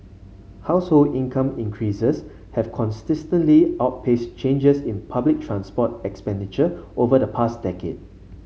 household income increases have consistently outpaced changes in public transport expenditure over the past decade